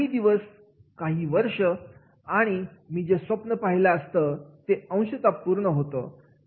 काही दिवस किंवा काही वर्ष जातात आणि मी जे स्वप्न मी पाहिलेलं असतं ते अंशतः पूर्ण होतं